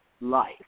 life